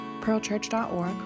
pearlchurch.org